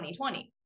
2020